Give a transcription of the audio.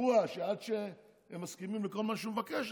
בשבוע עד שהם מסכימים לכל מה שהוא מבקש,